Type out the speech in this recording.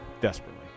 desperately